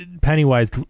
Pennywise